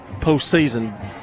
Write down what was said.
postseason